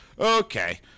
Okay